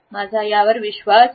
माझा यावर विश्वास नाही